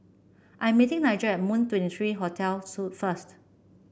I'm meeting Nigel at Moon Twenty three Hotel first